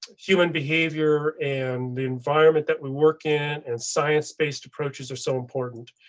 human behavior and environment that we work in an science based approaches are so important.